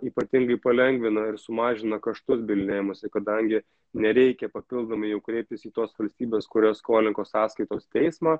ypatingai palengvina ir sumažina kaštus bylinėjimosi kadangi nereikia papildomai jau kreiptis į tos valstybės kurios skolininko sąskaitos teismą